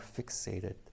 fixated